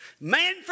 Man